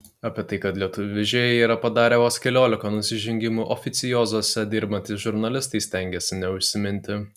apie tai kad lietuvių vežėjai yra padarę vos keliolika nusižengimų oficiozuose dirbantys žurnalistai stengiasi neužsiminti